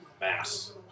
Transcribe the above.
mass